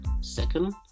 second